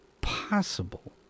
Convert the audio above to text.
possible